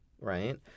Right